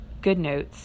GoodNotes